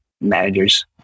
managers